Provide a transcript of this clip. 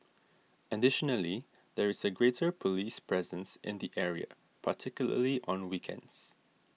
additionally there is a greater police presence in the area particularly on weekends